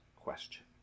question